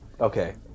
Okay